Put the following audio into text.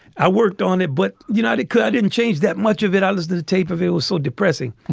i worked on it, but united could didn't change that much of it. i lost the tape of it was so depressing.